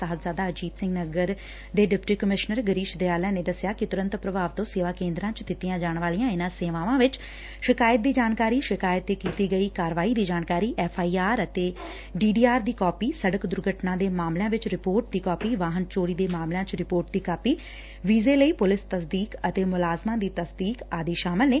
ਸਾਹਿਬਜ਼ਾਦਾ ਅਜੀਤ ਸਿੰਘ ਨਗਰ ਦੇ deputy commissioner Girish Dayalan ਨੇ ਦਸਿਆ ਕਿ ਤੁਰੰਤ ਪ੍ਰਭਾਵ ਤੋਂ ਸੇਵਾ ਕੇਂਦਰਾਂ ਚ ਦਿੱਤੀਆਂ ਜਾਣ ਵਾਲੀਆਂ ਇਨਾਂ ਸੇਵਾਵਾਂ ਵਿਚ ਸ਼ਿਕਾਇਤ ਦੀ ਜਾਣਕਾਰੀ ਸ਼ਿਕਾਇਤ ਤੇ ਕੀਤੀ ਗਈ ਕਾਰਵਾਈ ਦੀ ਜਾਣਕਾਰੀ ਐਫ਼ ਆਈ ਆਰ ਜਾਂ ਡੀ ਡੀ ਆਰ ਦੀ ਕਾਪੀ ਸਤਕ ਦੁਰਘਟਨਾ ਦੇ ਮਾਮਲਿਆਂ ਵਿਚ ਰਿਪੋਰਟ ਦੀ ਕਾਪੀ ਵਾਹਨ ਚੋਰੀ ਦੇ ਮਾਮਲਿਆਂ ਚ ਰਿਪੋਰਟ ਦੀ ਕਾਪੀ ਵੀਜ਼ੇ ਲਈ ਪੁਲਿਸ ਤਸਦੀਕ ਅਤੇ ਮੁਲਾਜ਼ਮਾਂ ਦੀ ਤਸਦੀਕ ਆਦਿ ਸ਼ਾਮਲ ਨੇ